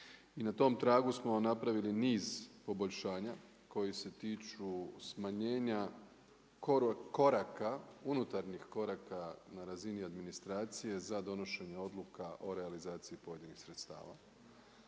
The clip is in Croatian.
I na tom tragu smo napravili niz poboljšanja koji se tiču smanjenja koraka unutarnjih koraka na razini administracije za donošenje odluka o realizaciji pojedinih sredstava.